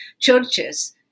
churches